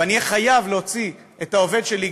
ואהיה חייב להוציא את העובד שלי,